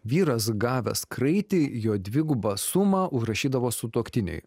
vyras gavęs kraitį jo dvigubą sumą užrašydavo sutuoktinei